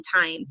time